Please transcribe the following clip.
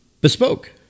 Bespoke